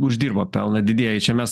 uždirbo pelną didieji čia mes